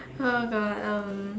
oh God um